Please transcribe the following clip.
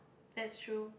that's true